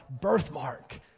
birthmark